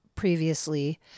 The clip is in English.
previously